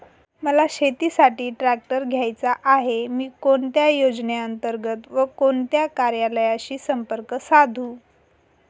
मला शेतीसाठी ट्रॅक्टर घ्यायचा आहे, मी कोणत्या योजने अंतर्गत व कोणत्या कार्यालयाशी संपर्क साधू?